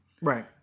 right